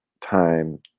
time